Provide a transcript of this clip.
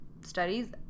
studies